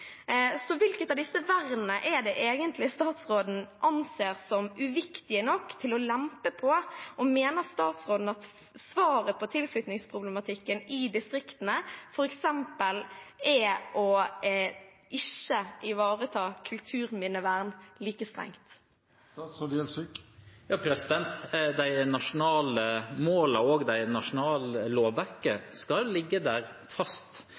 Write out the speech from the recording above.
Hvilket av disse vernene er det egentlig at statsråden anser som uviktige nok til å lempe på? Mener statsråden at svaret på tilknytningsproblematikken i distriktene f.eks. er å ikke ivareta kulturminnevern like strengt? De nasjonale målene og det nasjonale lovverket skal ligge fast.